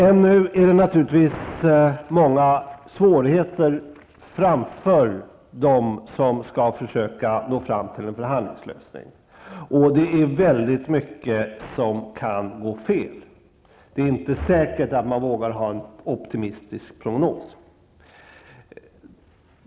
Ännu har naturligtvis de som skall försöka nå fram till en förhandlingslösning många svårigheter framför sig, och väldigt mycket kan gå fel. Det är inte säkert att man vågar ha en optimistisk prognos.